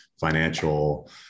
financial